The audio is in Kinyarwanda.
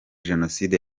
jenoside